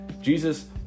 Jesus